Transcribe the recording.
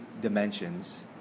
dimensions